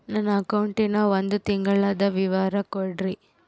ನನ್ನ ಅಕೌಂಟಿನ ಒಂದು ತಿಂಗಳದ ವಿವರ ಕೊಡ್ರಿ?